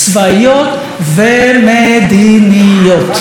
צבאיות ומדיניות.